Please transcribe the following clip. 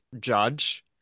judge